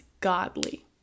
godly